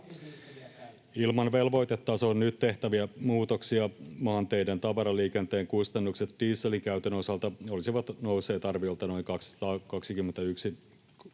Ilman velvoitetasoon nyt tehtäviä muutoksia maanteiden tavaraliikenteen kustannukset dieselin käytön osalta olisivat nousseet arviolta noin 221